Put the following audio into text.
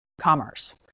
commerce